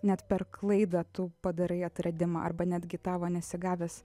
net per klaidą tu padarai atradimą arba netgi tavo nesigavęs